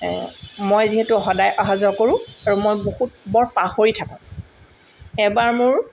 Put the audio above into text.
মই যিহেতু সদায় অহা যোৱা কৰোঁ আৰু মই বহুত বৰ পাহৰি থাকোঁ এবাৰ মোৰ